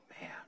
man